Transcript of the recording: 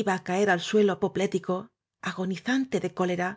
iba á caer al suelo apoplético agonizante de cólera